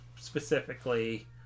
specifically